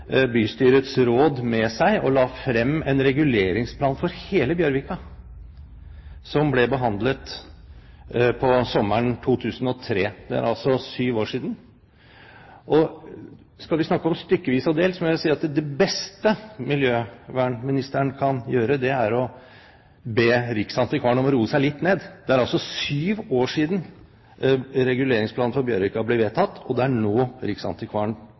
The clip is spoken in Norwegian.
bystyrets råd med seg og la frem en reguleringsplan for hele Bjørvika som ble behandlet på sommeren 2003. Det er altså syv år siden. Skal vi snakke om stykkevis og delt, må jeg si at det beste miljøvernministeren kan gjøre, er å be Riksantikvaren om å roe seg litt ned. Det er altså syv år siden reguleringsplanen for Bjørvika ble vedtatt, og det er nå Riksantikvaren